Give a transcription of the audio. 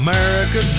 America